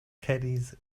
caddies